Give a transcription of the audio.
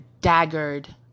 daggered